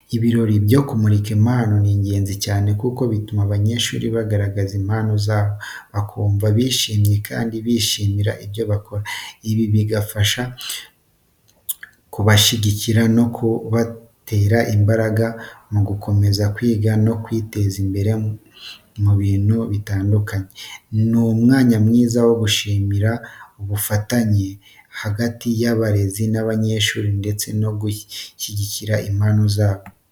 Ibirori byo kumurika impano ni ingenzi cyane kuko bituma abanyeshuri bagaragaza impano zabo, bakumva bishimye kandi bishimira ibyo bakora. Ibi bigafasha mu kubashigikira no kubatera imbaraga zo gukomeza kwiga no kwiteza imbere mu bintu bitandukanye. Ni umwanya mwiza wo gushimangira ubufatanye hagati y'abarezi n'abanyeshuri ndetse no gushyigikira impano z'abana.